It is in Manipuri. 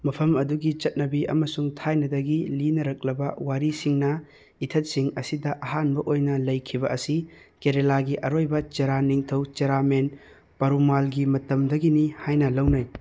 ꯃꯐꯝ ꯑꯗꯨꯒꯤ ꯆꯠꯅꯕꯤ ꯑꯃꯁꯨꯡ ꯊꯥꯏꯅꯗꯒꯤ ꯂꯤꯅꯔꯛꯂꯕ ꯋꯥꯔꯤꯁꯤꯡꯅ ꯏꯊꯠꯁꯤꯡ ꯑꯁꯤꯗ ꯑꯍꯥꯟꯕ ꯑꯣꯏꯅ ꯂꯩꯈꯤꯕ ꯑꯁꯤ ꯀꯦꯔꯦꯂꯥꯒꯤ ꯑꯔꯣꯏꯕ ꯆꯦꯔꯥ ꯅꯤꯡꯊꯧ ꯆꯦꯔꯥꯃꯦꯟ ꯄꯥꯔꯨꯃꯥꯜꯒꯤ ꯃꯇꯝꯗꯒꯤꯅꯤ ꯍꯥꯏꯅ ꯂꯧꯅꯩ